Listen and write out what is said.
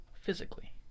physically